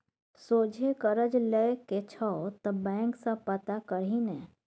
सोझे करज लए के छौ त बैंक सँ पता करही ने